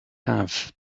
have